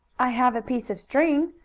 i have a piece of string,